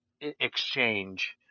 exchange